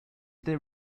there